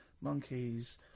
Monkeys